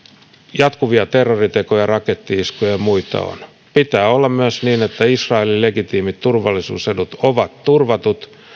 jatkuvia terroritekoja raketti iskuja ja muita on pitää olla myös niin että israelin legitiimit turvallisuusedut ovat turvatut